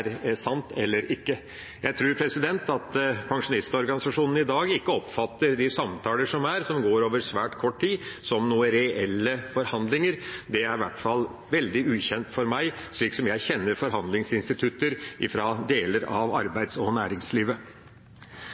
sant eller ikke. Jeg tror pensjonistorganisasjonene i dag ikke oppfatter de samtaler som er, som går over svært kort tid, som reelle forhandlinger, det er i hvert fall veldig ukjent for meg, slik jeg kjenner forhandlingsinstitutter fra deler av arbeids- og næringslivet.